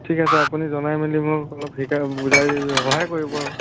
ঠিক আছে আপুনি জনাই মেলি মোক অলপ শিকাই বুজাই সহায় কৰিব